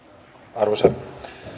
arvoisa